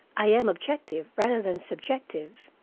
i am objective rather than subjective,